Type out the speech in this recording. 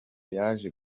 yaje